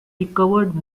recovered